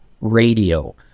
radio